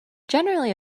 generally